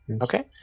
Okay